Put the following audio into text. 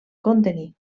contenir